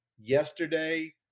yesterday